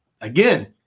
again